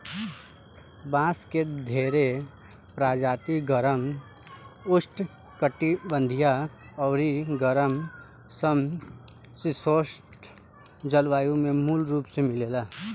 बांस के ढेरे प्रजाति गरम, उष्णकटिबंधीय अउरी गरम सम शीतोष्ण जलवायु में मूल रूप से मिलेला